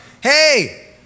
hey